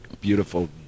beautiful